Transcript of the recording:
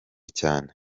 cyane